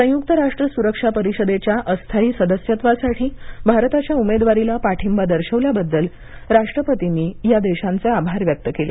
संयुक्त राष्ट्र सुरक्षा परिषदेच्या अस्थायी सदस्यत्वासाठी भारताच्या उमेदवारीला पाठिंबा दर्शवल्याबद्दल राष्ट्रपतींनी या देशांचे आभार व्यक्त केले